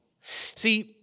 See